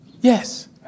Yes